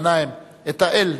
גנאים, את ה"אל"